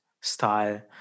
style